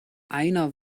einer